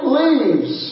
leaves